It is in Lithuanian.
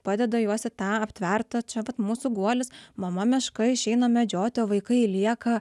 padeda juos į tą aptvertą čia vat mūsų guolis mama meška išeina medžioti o vaikai lieka